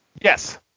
Yes